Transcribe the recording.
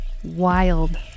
wild